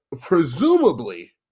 presumably